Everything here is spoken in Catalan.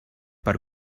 per